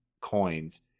coins